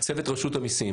צוות רשות המיסים).